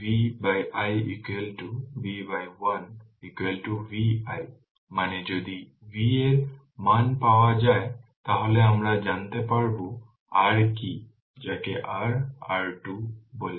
সুতরাং V i V 1 Vi মানে যদি v এর মান পাওয়া যায় তাহলে আমরা জানতে পারব r কি যাকে r R2 বলে